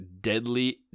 deadly